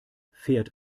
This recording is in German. fährt